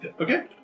Okay